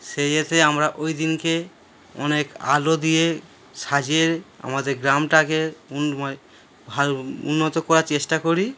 সেই ইয়েতে আমরা ওই দিনকে অনেক আলো দিয়ে সাজিয়ে আমাদের গ্রামটাকে ময় ভালো উন্নত করার চেষ্টা করি